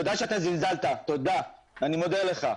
תודה שאתה זלזלת, תודה, אני מודה לך.